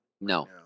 No